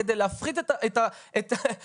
כדי להפחית את הדברים.